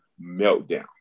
meltdown